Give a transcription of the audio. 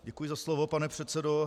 Děkuji za slovo, pane předsedo.